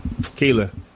Kayla